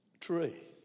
tree